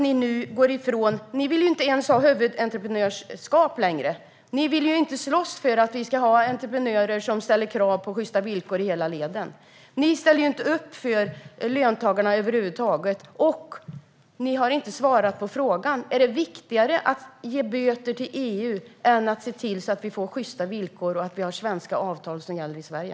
Ni vill inte ens ha huvudentreprenörskap längre. Ni vill inte slåss för att vi ska ha entreprenörer som ställer krav på sjysta villkor i hela ledet. Ni ställer inte upp för löntagarna över huvud taget. Och ni har inte svarat på frågan: Är det viktigare att ge böter till EU än att se till att vi får sjysta villkor och svenska avtal som gäller i Sverige?